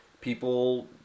people